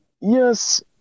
Yes